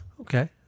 Okay